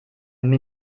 einen